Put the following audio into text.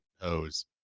hose